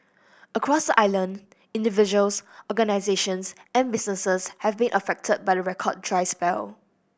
across the island individuals organisations and businesses have been affected by the record try spell